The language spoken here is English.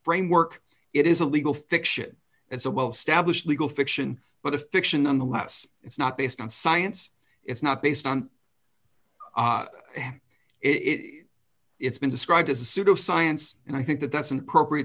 framework it is a legal fiction it's a well established legal fiction but a fiction unless it's not based on science it's not based on it it's been described as a pseudo science and i think that that's an appropriate